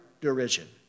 derision